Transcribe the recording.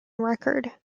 record